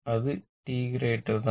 അത് t 0